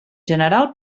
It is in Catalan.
general